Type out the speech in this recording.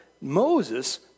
Moses